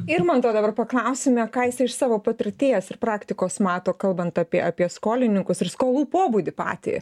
irmanto dabar paklausime ką jis iš savo patirties ir praktikos mato kalbant apie apie skolininkus ir skolų pobūdį patį